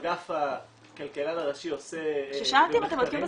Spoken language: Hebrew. אגף הכלכלן הראשי עושה --- כששאלתי אם אתם בודקים את